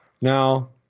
Now